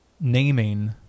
Naming